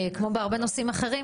כמו בהרבה נושאים אחרים.